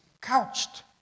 couched